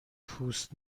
پوست